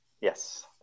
Yes